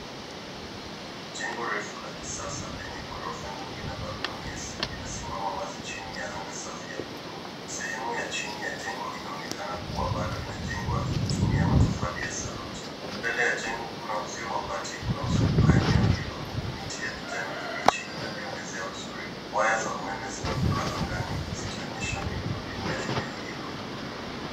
Jengo refu la kisasa lenye ghorofa nyingi na balconies limesimama wazi chini ya anga safi ya bluu. Sehemu ya chini ya jengo inaonekana kuwa bado inajengwa ikitumia matofali ya saruji. Mbele ya jengo kuna uzio wa bati unaozunguka eneo hilo na miti ya kijani kibichi inaliongezea uzuri. Waya za umeme zinavuka angani, zikionyesha miundo mbinu ya eneo hilo.